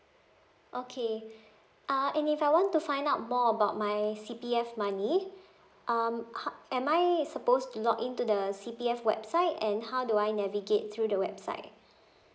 okay uh and if I want to find out more about my C_P_F money um ho~ am I supposed to log in to the C_P_F website and how do I navigate through the website